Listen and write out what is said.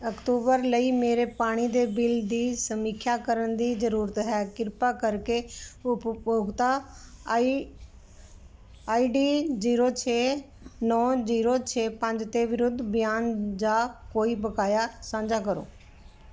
October ਲਈ ਮੇਰੇ ਪਾਣੀ ਦੇ ਬਿੱਲ ਦੀ ਸਮੀਖਿਆ ਕਰਨ ਦੀ ਜ਼ਰੂਰਤ ਹੈ ਕਿਰਪਾ ਕਰਕੇ ਉਪਭੋਗਤਾ ਆਈ ਆਈਡੀ ਜੀਰੋ ਛੇ ਨੌਂ ਜੀਰੋ ਛੇ ਪੰਜ 'ਤੇ ਵਿਰੁੱਧ ਬਿਆਨ ਜਾਂ ਕੋਈ ਬਕਾਇਆ ਸਾਂਝਾ ਕਰੋ